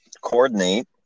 Coordinate